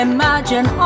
Imagine